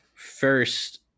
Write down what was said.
first